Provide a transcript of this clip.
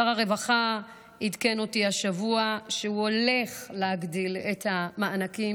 שר הרווחה עדכן אותי השבוע שהוא הולך להגדיל את המענקים